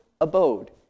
abode